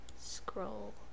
scroll